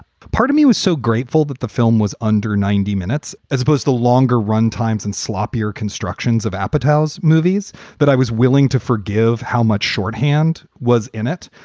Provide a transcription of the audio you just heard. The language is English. part of me was so grateful that the film was under ninety minutes as opposed to longer run times and sloppier constructions of apatow movies that i was willing to forgive how much shorthand was in it.